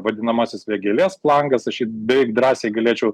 vadinamasis vėgėlės flangas aš jį beveik drąsiai galėčiau